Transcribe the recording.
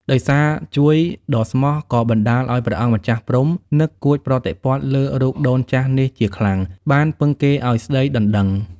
ដោយសារជួយដ៏ស្មោះក៏បណ្ដាលឲ្យព្រះអង្គម្ចាស់ព្រហ្មនឹកកួចប្រតិព័ទ្ធលើរូបដូនចាស់នេះជាខ្លាំង បានពឹងគេឲ្យស្ដីដណ្ដឹង ។